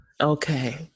Okay